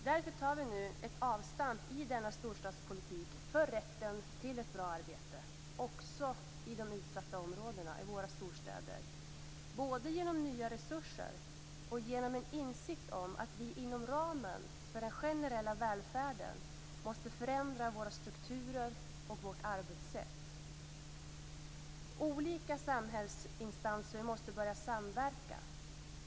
Därför tar vi nu ett avstamp i denna storstadspolitik för rätten till ett bra arbete, också i de utsatta områdena i våra storstäder, både genom nya resurser och genom en insikt om att vi inom ramen för den generella välfärden måste förändra våra strukturer och vårt arbetssätt. Olika samhällsinstanser måste börja samverka.